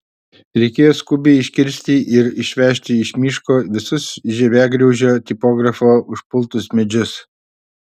reikėjo skubiai iškirsti ir išvežti iš miško visus žievėgraužio tipografo užpultus medžius